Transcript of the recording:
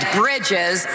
bridges